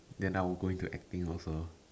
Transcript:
then I'll go into acting also